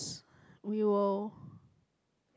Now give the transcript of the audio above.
we will